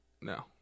No